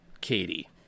Katie